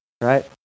right